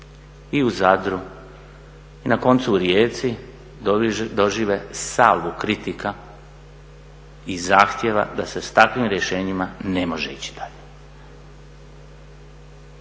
i u Zadru i na koncu u Rijeci dožive salvu kritika i zahtjeva da se s takvim rješenjima ne može ići dalje.